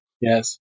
Yes